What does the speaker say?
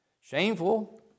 shameful